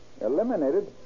Eliminated